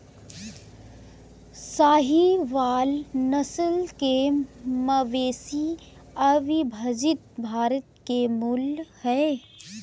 साहीवाल नस्ल के मवेशी अविभजित भारत के मूल हैं